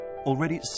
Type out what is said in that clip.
already